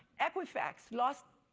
equifax lost